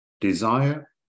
Desire